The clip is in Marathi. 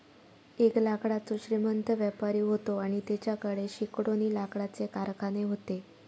एक लाकडाचो श्रीमंत व्यापारी व्हतो आणि तेच्याकडे शेकडोनी लाकडाचे कारखाने व्हते